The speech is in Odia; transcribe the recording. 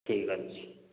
ଠିକ୍ ଅଛି